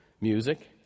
music